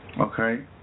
Okay